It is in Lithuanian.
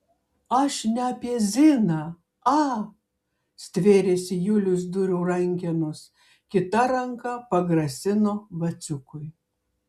aš ne apie ziną a stvėrėsi julius durų rankenos kita ranka pagrasino vaciukui